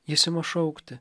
jis ima šaukti